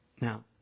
Now